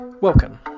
Welcome